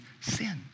sin